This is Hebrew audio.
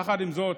יחד עם זאת,